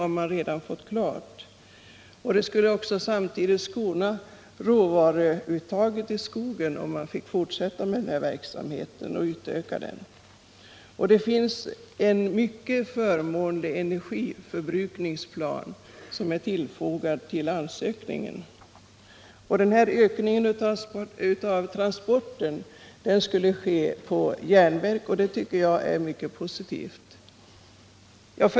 Råvaruuttaget i skogen skulle skonas, om man fick fortsätta med denna verksamhet och utöka den. Det finns en mycket förmånlig energiförbrukningsplan, som är fogad till ansökningen. Den ökade transporten skulle ske på järnväg, och det tycker jag är mycket positivt.